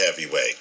heavyweight